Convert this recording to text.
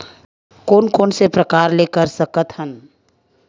कोन कोन से प्रकार ले कर सकत हन?